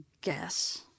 guess